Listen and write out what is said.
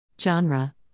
Genre